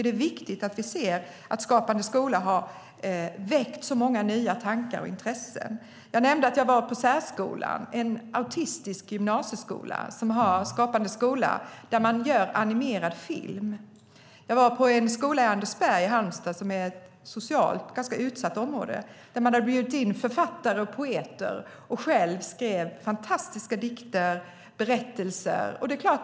Det är viktigt att se att Skapande skola väckt många nya tankar och intressen. Jag nämnde också att jag besökte en särskola, en gymnasieskola för autister. Där har man Skapande skola och gör animerad film. Jag besökte även en skola i Andersberg i Halmstad, som är ett socialt ganska utsatt område. Där hade man bjudit in författare och poeter, och eleverna själva skrev fantastiska dikter och berättelser.